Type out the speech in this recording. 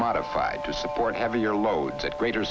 modified to support heavier load at greater